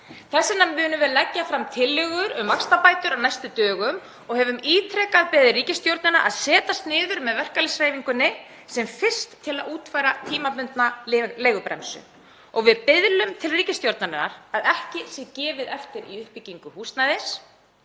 vegna munum við leggja fram tillögur um vaxtabætur á næstu dögum og höfum ítrekað beðið ríkisstjórnina að setjast niður með verkalýðshreyfingunni sem fyrst til að útfæra tímabundna leigubremsu. Við biðlum til ríkisstjórnarinnar að ekki verði gefið eftir í uppbyggingu húsnæðis,